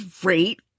great